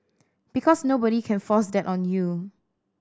because nobody can force that on you